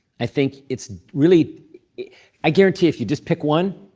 i think it's really i guarantee if you just pick one,